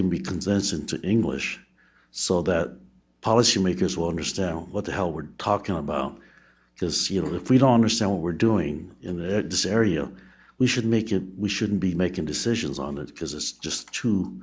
can be convincing to english so that policy makers wonders down what the hell we're talking about because you know if we don't understand what we're doing in the area we should make it we shouldn't be making decisions on it because it's just too